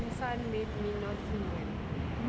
then sun may not be single